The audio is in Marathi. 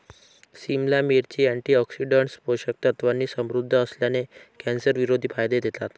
सिमला मिरची, अँटीऑक्सिडंट्स, पोषक तत्वांनी समृद्ध असल्याने, कॅन्सरविरोधी फायदे देतात